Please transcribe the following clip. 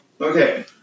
okay